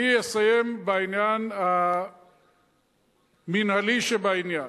אני אסיים בצד המינהלי שבעניין.